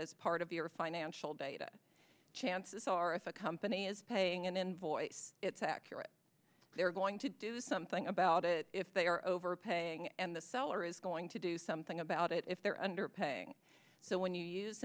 as part of your financial data chances are if a company is paying an invoice it's accurate they're going to do something about it if they are overpaying and the seller is going to do something about it if they're underpaying so when you use